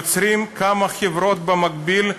יוצרים כמה חברות במקביל,